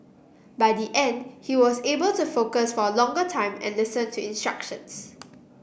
by the end he was able to focus for a longer time and listen to instructions